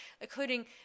including